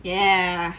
ya